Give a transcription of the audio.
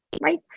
right